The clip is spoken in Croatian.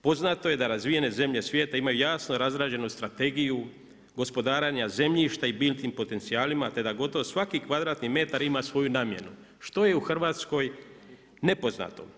Poznato je da razvijene zemlje svijeta imaju jasno razrađenu strategiju gospodarenja zemljišta i biljnim potencijalima, te da gotovo svaki kvadratni metar ima svoju namjenu što je u Hrvatskoj nepoznato.